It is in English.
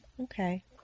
Okay